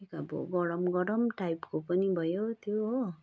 अब गरम गरम टाइपको पनि भयो त्यो हो